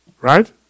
right